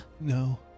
No